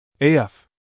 AF